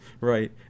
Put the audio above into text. Right